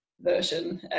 version